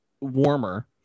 warmer